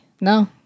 No